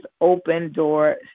open-door